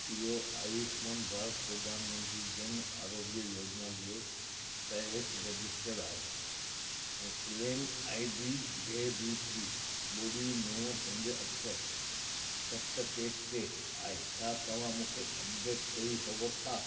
इहो आयुष्मान भारत प्रधानमंत्री जन आरोगय योजना जे तहति रजिस्टर आहे ऐं क्लेम आई डी जे बी टी ॿुड़ी नवं पंज अठ सत टे टे आहे छा तव्हां मूंखे अपडेट ॾेई सघो था